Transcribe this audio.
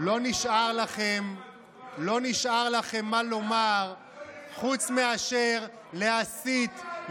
לא נשאר לכם מה לומר חוץ מאשר להסית,